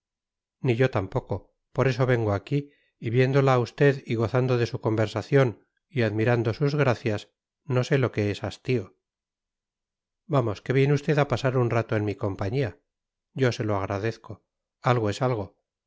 ni yo tampoco por eso vengo aquí y viéndola a usted y gozando de su conversación y admirando sus gracias no sé lo que es hastío vamos que viene usted a pasar un rato en mi compañía yo se lo agradezco algo es algo